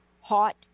hot